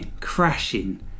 crashing